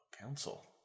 Council